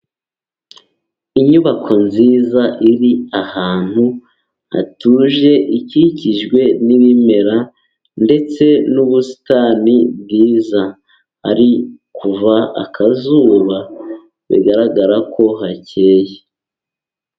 Inyubako nziza iri ahantu hatuje, ikikijwe n'ibimera ndetse n'ubusitani bwiza, hari kuva akazuba bigaragara ko hakeye.